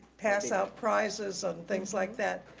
pass out prizes and things like that,